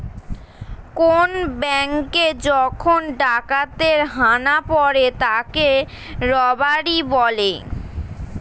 কোন ব্যাঙ্কে যখন ডাকাতের হানা পড়ে তাকে রবারি বলে